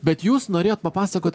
bet jūs norėjot papasakot